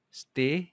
stay